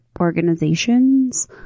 organizations